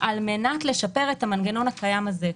על מנת לשפר את המנגנון הקיים הזה.